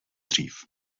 dřív